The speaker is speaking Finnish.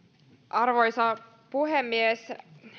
arvoisa puhemies